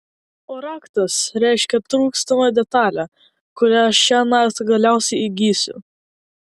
o raktas reiškia trūkstamą detalę kurią šiąnakt galiausiai įgysiu